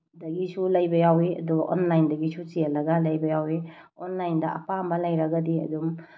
ꯗꯒꯤꯁꯨ ꯂꯩꯕ ꯌꯥꯎꯋꯤ ꯑꯗꯨꯒ ꯑꯣꯟꯂꯥꯏꯟꯗꯒꯤꯁꯨ ꯆꯦꯜꯂꯒ ꯂꯩꯕ ꯌꯥꯎꯋꯤ ꯑꯣꯟꯂꯥꯏꯟꯗ ꯑꯄꯥꯝꯕ ꯂꯩꯔꯒꯗꯤ ꯑꯗꯨꯝ